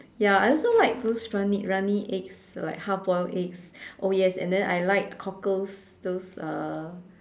ya I also like the those runny runny eggs like half full eggs and then oh yes and then I like cockles those uh